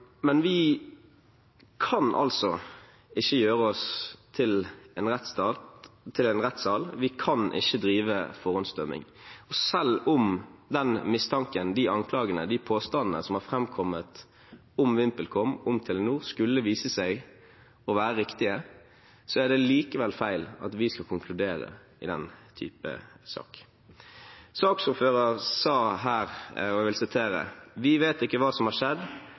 Men vi kan ikke gjøre oss til en rettssal, vi kan ikke drive forhåndsdømming. Selv om den mistanken, de anklagene, de påstandene som har framkommet om VimpelCom og om Telenor, skulle vise seg å være riktige, er det likevel feil at vi skal konkludere i den type sak. Saksordføreren sa her: Vi vet ikke hva som har skjedd,